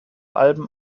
alben